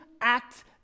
act